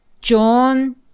John